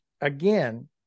again